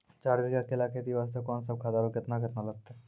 चार बीघा केला खेती वास्ते कोंन सब खाद आरु केतना केतना लगतै?